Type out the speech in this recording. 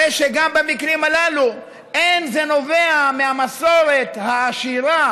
הרי גם במקרים הללו אין זה נובע מהמסורת העשירה